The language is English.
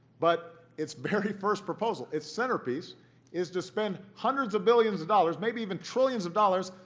but its very first proposal, its centerpiece is to spend hundreds of billions of dollars, maybe even trillions of dollars,